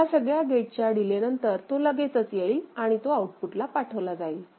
ह्या सगळ्या गेटच्या डिले नंतर तो लगेचच येईल आणि तो आऊटपुटला पाठवला जाईल